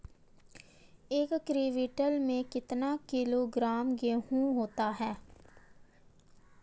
एक क्विंटल में कितना किलोग्राम गेहूँ होता है?